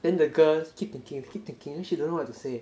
then the girl keep thinking keep thinking then she don't know what to say